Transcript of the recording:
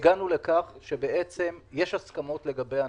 הגענו לכך שיש הסכמות לגבי הנוסח.